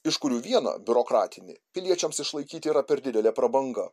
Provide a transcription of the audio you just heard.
iš kurių vieną biurokratinį piliečiams išlaikyti yra per didelė prabanga